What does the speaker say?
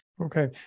okay